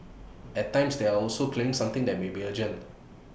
at times they are also clearing something that may be urgent